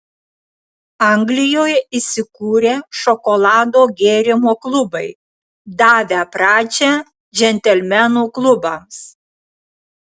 anglijoje įsikūrė šokolado gėrimo klubai davę pradžią džentelmenų klubams